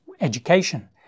education